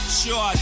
sure